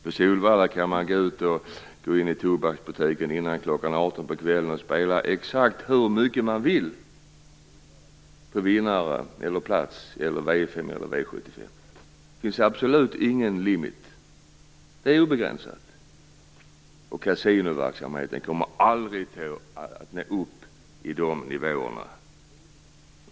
På Solvalla kan man i en tobaksbutik före kl. 18.00 på kvällen spela exakt hur mycket man vill på Vinnare, V 5 eller V 75. Det finns absolut ingen limit, det är obegränsat. Kasinoverksamheten kommer aldrig att gå upp i de nivåerna.